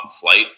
flight